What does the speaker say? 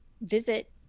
visit